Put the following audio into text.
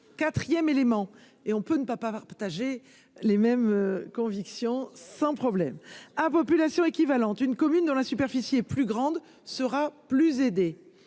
4ème élément et on peut ne pas pas avoir partagé les mêmes convictions sans problème à population équivalente, une commune dont la superficie est plus grande sera plus aider